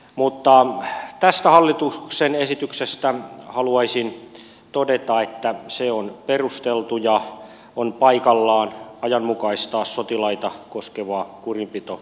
mutta tästä hallituksen esityksestä haluaisin todeta että se on perusteltu ja on paikallaan ajanmukaistaa sotilaita koskevaa kurinpitolainsäädäntöä